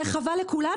זה חבל לכולנו,